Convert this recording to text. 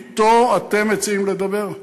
אתו אתם מציעים לדבר?